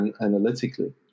analytically